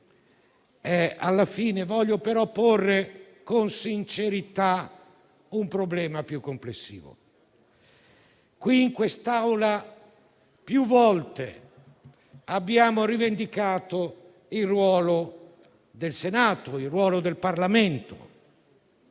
alla fine, vorrei porre con sincerità un problema più complessivo. In quest'Aula più volte abbiamo rivendicato il ruolo del Senato e del Parlamento.